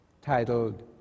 titled